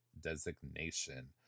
designation